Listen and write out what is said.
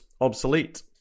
obsolete